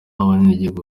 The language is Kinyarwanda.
abenegihugu